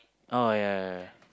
oh ya ya ya